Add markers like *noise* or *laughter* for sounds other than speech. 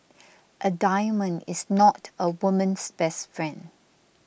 *noise* a diamond is not a woman's best friend